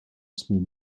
small